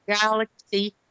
galaxy